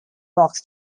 box